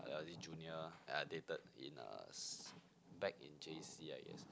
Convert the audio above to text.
there was this junior that I dated in uh back in J_C I guess